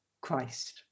Christ